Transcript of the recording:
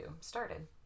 started